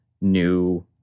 new